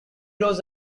rose